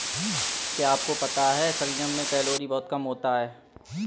क्या आपको पता है शलजम में कैलोरी बहुत कम होता है?